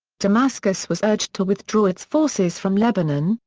damascus was urged to withdraw its forces from lebanon,